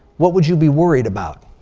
what would you be worried about?